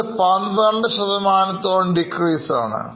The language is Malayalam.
അത് 12 ശതമാനത്തോളം Decrease ആണ്